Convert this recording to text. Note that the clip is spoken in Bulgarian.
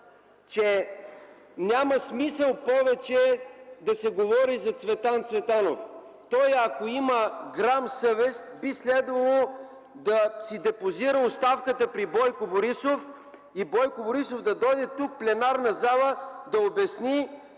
че няма смисъл повече да се говори за Цветан Цветанов. Ако той има грам съвест, би следвало да си депозира оставката при Бойко Борисов и Бойко Борисов да дойде тук – в пленарната зала, да обясни